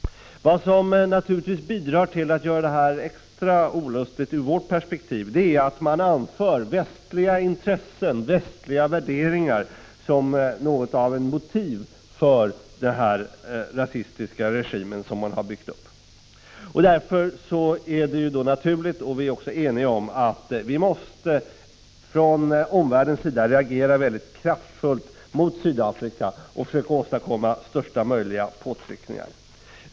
Vad som bidrar till att göra det här extra olustigt ur vårt perspektiv är naturligtvis att man anför västliga intressen och västliga värderingar som motiv för den rasistiska regim som man har byggt upp. Därför är det naturligt — och vi är också eniga härom — att omvärlden måste reagera kraftfullt mot Sydafrika och försöka åstadkomma största möjliga påtryckningar.